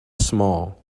small